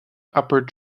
upper